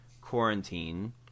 quarantine